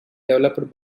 developed